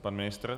Pan ministr?